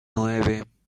nueve